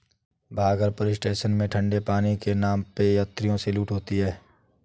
Bhagalpur station में ठंडे पानी के नाम पे यात्रियों से लूट होती है